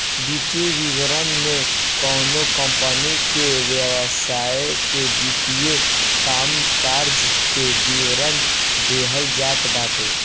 वित्तीय विवरण में कवनो कंपनी के व्यवसाय के वित्तीय कामकाज के विवरण देहल जात बाटे